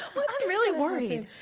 i'm really worried.